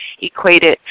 equated